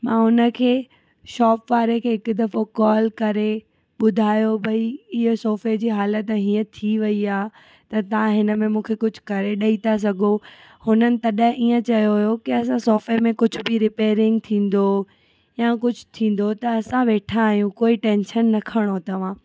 मां हुन खे शॉप वारे खे हिकु दफ़ो कॉल करे ॿुधायो भई इहा सोफे जी हालत हीअं थी वई आहे त तव्हां हिन में कुझु करे ॾेई था सघो हुननि तॾहिं ईअं चयो हुओ की असां सोफे में कुझ बि रीपेयरिंग थींदो या कुझ थींदो त असां वेठा आहियूं कोई टैंशन न खणो तव्हां